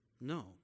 No